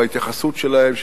וההתייחסות שלהם,